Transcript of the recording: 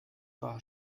war